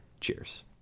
Cheers